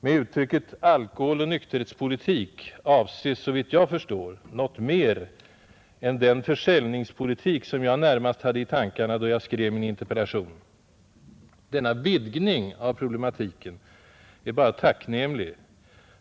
Med uttrycket ”alkoholoch nykterhetspolitik” avses såvitt jag förstår något mera än den försäljningspolitik som jag närmast hade i tankarna, då jag skrev min interpellation. Denna vidgning av problematiken är bara tacknämlig.